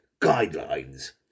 guidelines